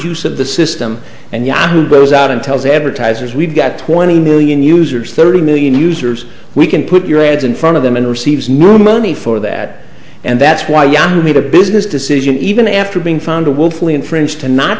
use of the system and yahoo bows out and tells advertisers we've got twenty million users thirty million users we can put your ads in front of them and receives no money for that and that's why yahoo made a business decision even after being found a willfully infringed to not